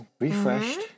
refreshed